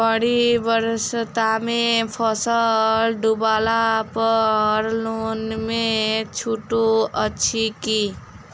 बाढ़ि बरसातमे फसल डुबला पर लोनमे छुटो अछि की